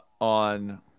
on